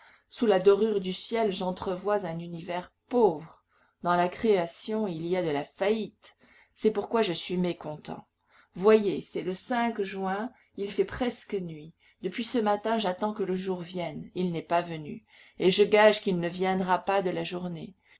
sous la dorure du ciel j'entrevois un univers pauvre dans la création il y a de la faillite c'est pourquoi je suis mécontent voyez c'est le cinq juin il fait presque nuit depuis ce matin j'attends que le jour vienne il n'est pas venu et je gage qu'il ne viendra pas de la journée